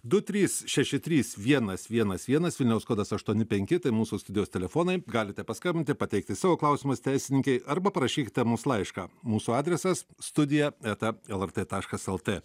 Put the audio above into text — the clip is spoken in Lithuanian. du trys šeši trys vienas vienas vienas vilniaus kodas aštuoni penki tai mūsų studijos telefonai galite paskambinti pateikti savo klausimus teisininkei arba parašykite mums laišką mūsų adresas studija eta lrt taškas lt